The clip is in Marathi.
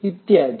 इत्यादी